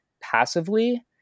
passively